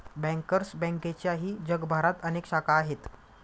bankers बँकेच्याही जगभरात अनेक शाखा आहेत